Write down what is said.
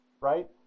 right